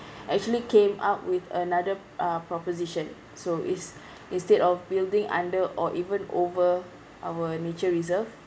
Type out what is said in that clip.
actually came up with another uh proposition so ins~ instead of building under or even over our nature reserve